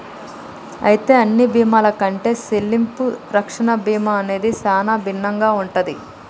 అయితే అన్ని బీమాల కంటే సెల్లింపు రక్షణ బీమా అనేది సానా భిన్నంగా ఉంటది